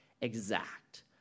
exact